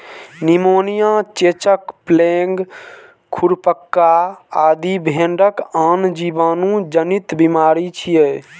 pneumonia, चेचक, plague, खुरपका आदि भेड़क आन जीवाणु जनित बीमारी छियै